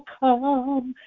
come